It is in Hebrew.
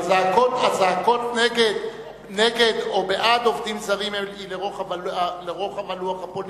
והזעקות נגד או בעד עובדים זרים הן לרוחב הלוח הפוליטי.